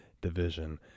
division